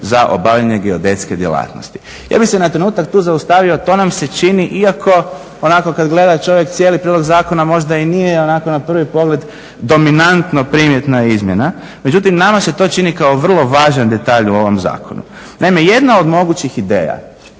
za obavljanje geodetske djelatnosti. Ja bih se na trenutak tu zaustavio, to nam se čini iako onako kad gleda čovjek cijeli prijedlog zakona možda i nije onako na prvi pogled dominantno primjetna izmjena, međutim nama se to čini kao vrlo važan detalj u ovom zakonu. Naime, jedna od mogućih ideja